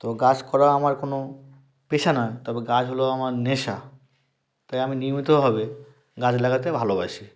তো গাছ করা আমার কোনো পেশা না তবে গাছ হল আমার নেশা তাই আমি নিয়মিতভাবে গাছ লাগাতে ভালোবাসি